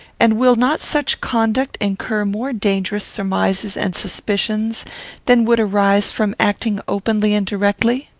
and will not such conduct incur more dangerous surmises and suspicions than would arise from acting openly and directly?